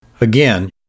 Again